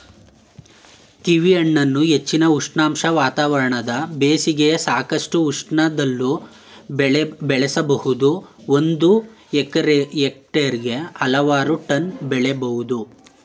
ಕೀವಿಹಣ್ಣನ್ನು ಹೆಚ್ಚಿನ ಉಷ್ಣಾಂಶ ವಾತಾವರಣದ ಬೇಸಿಗೆಯ ಸಾಕಷ್ಟು ಉಷ್ಣದಲ್ಲೂ ಬೆಳಿಬೋದು ಒಂದು ಹೆಕ್ಟೇರ್ಗೆ ಹಲವಾರು ಟನ್ ಬೆಳಿಬೋದು